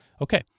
Okay